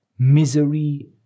Misery